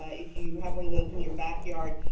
ah if you have one of those in your backyard,